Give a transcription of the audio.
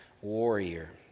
warrior